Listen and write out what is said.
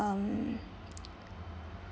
um